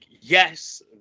yes